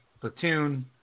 Platoon